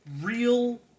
real